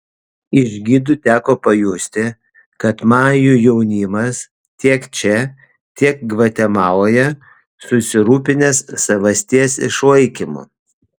iš gidų teko pajusti kad majų jaunimas tiek čia tiek gvatemaloje susirūpinęs savasties išlaikymu